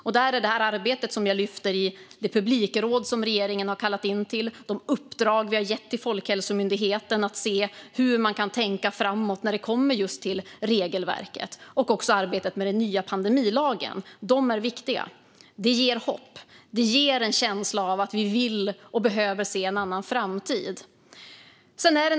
Det är det arbetet som jag har lyft upp i det publikråd som regeringen har kallat in till. Det är det uppdrag vi har gett till Folkhälsomyndigheten att se på hur man kan tänka framåt när det handlar om regelverket. Sedan är det också arbetet med den nya pandemilagen. Dessa punkter är viktiga. Det ger hopp, och det ger en känsla av att vi vill och behöver se en annan framtid.